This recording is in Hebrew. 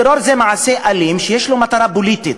טרור זה מעשה אלים שיש לו מטרה פוליטית.